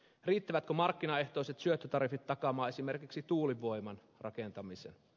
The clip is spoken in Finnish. riittävätkö markkinaehtoiset syöttötariffit takaamaan esimerkiksi tuulivoiman rakentamisen